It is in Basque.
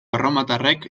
erromatarrek